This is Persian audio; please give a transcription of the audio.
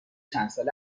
چندسال